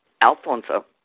Alfonso